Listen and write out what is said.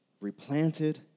Replanted